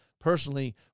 personally